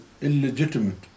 illegitimate